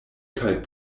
kaj